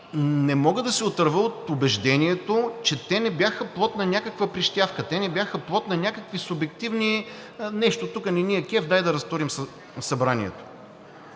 не мога да се отърва от убеждението, че те не бяха плод на някаква прищявка, те не бяха плод на някакви субективни – нещо тук не ни е кеф, дай да разтурим Събранието.